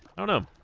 i don't know